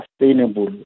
sustainable